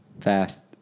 Fast